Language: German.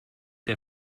der